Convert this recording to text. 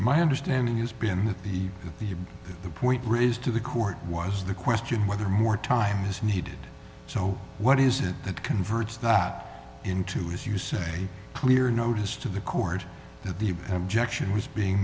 my understanding has been that the the the point raised to the court was the question whether more time is needed so what is it that converts that into as you say clear notice to the court that the objection was being